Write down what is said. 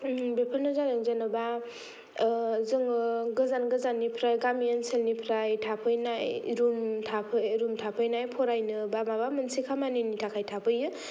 बेफोरनो जादों जेन'बा जोङो गोजान गोजाननिफ्राय गामि ओनसोलनिफ्राय थाफैनाय रुम थाफै थाफैनाय फरायनो बा माबा मोनसे खामानिनि थाखाय थाफैयो